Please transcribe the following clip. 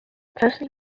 closely